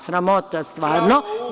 Sramota stvarno.